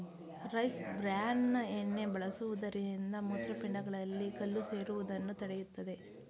rice bran ಎಣ್ಣೆ ಬಳಸುವುದರಿಂದ ಮೂತ್ರಪಿಂಡಗಳಲ್ಲಿ ಕಲ್ಲು ಸೇರುವುದನ್ನು ತಡೆಯುತ್ತದೆ